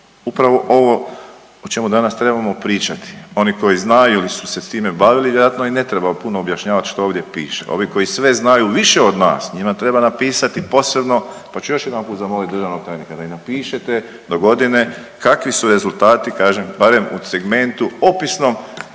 upravo ovo o čemu danas trebamo pričati. Oni koji znaju ili su se s time bavili vjerojatno im ne treba puno objašnjavati što ovdje piše. Ovi koji sve znaju više od nas njima treba napisati posebno pa ću joj jedanput zamolit državnog tajnika da im napišete dogodine kakvi su rezultati kažem barem u segmentu opisnom